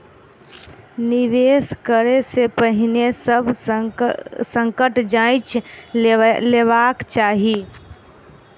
निवेश करै से पहिने सभ संकट जांइच लेबाक चाही